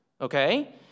Okay